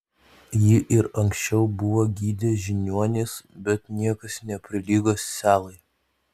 jį ir anksčiau buvo gydę žiniuonys bet niekas neprilygo selai